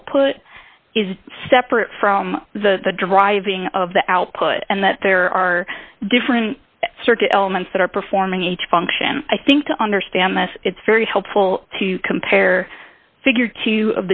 output is separate from the driving of the output and that there are different circuit elements that are performing each function i think to understand this it's very helpful to compare figure